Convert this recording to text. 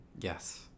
yes